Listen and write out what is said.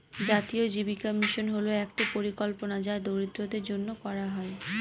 জাতীয় জীবিকা মিশন হল একটি পরিকল্পনা যা দরিদ্রদের জন্য করা হয়